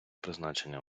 призначення